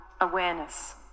awareness